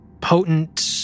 potent